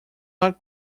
not